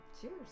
cheers